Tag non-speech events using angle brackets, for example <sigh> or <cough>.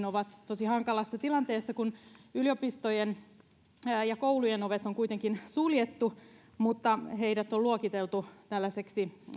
<unintelligible> ovat tosi hankalassa tilanteessa kun yliopistojen ja koulujen ovet on kuitenkin suljettu mutta ne on luokiteltu tällaisiksi